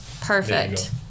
Perfect